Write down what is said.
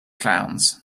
clowns